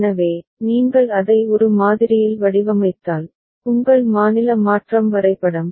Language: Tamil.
எனவே நீங்கள் அதை ஒரு மாதிரியில் வடிவமைத்தால் உங்கள் மாநில மாற்றம் வரைபடம்